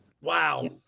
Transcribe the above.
Wow